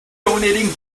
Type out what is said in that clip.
donating